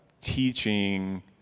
teaching